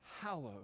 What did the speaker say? hallowed